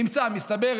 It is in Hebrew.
נמצא, מסתבר.